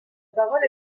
parole